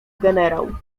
generał